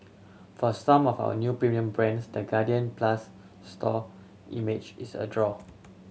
for some of a new premium brands the Guardian Plus store image is a draw